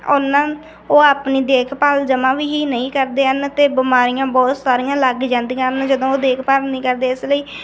ਉਹਨਾਂ ਉਹ ਆਪਣੀ ਦੇਖਭਾਲ ਜਮਾਂ ਵੀ ਹੀ ਨਹੀਂ ਕਰਦੇ ਹਨ ਅਤੇ ਬਿਮਾਰੀਆਂ ਬਹੁਤ ਸਾਰੀਆਂ ਲੱਗ ਜਾਂਦੀਆਂ ਹਨ ਜਦੋਂ ਉਹ ਦੇਖਭਾਲ ਨਹੀਂ ਕਰਦੇ ਇਸ ਲਈ